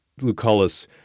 Lucullus